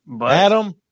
Adam